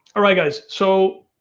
right guys, so,